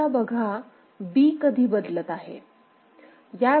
आता बघा B कधी बदलत आहे